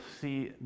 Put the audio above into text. see